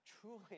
Truly